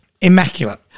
Immaculate